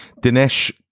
Dinesh